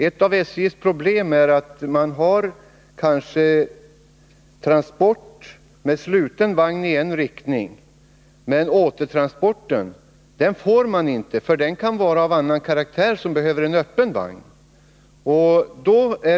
Ett av SJ:s problem är att man kan ha transport med sluten vagni en riktning men kan gå miste om återtransporten på grund av att den är av annan karaktär som kräver en öppen vagn.